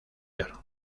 york